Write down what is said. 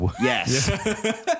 Yes